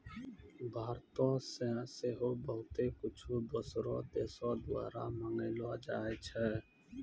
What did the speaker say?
भारतो से सेहो बहुते कुछु दोसरो देशो द्वारा मंगैलो जाय छै